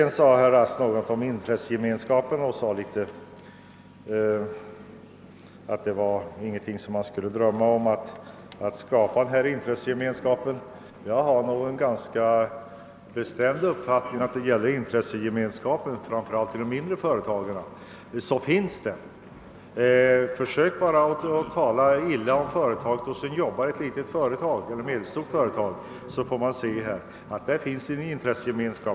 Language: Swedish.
Vidare sade herr Rask något om intressegemenskapen och gjorde gällande vatt: man inte skulle drömma om möjligheten att åstadkomma en sådan intres §segemenskap. Jag har den ganska bestämda uppfattningen att det verkligen finns en intressegemenskap, framför allt inom de mindre företagen. Försök bara att tala illa om:ett litet eller me delstort företag inför en arbetare som är anställd där, så får ni se att det finns en intressegemenskap.